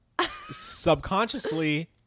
Subconsciously